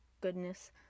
goodness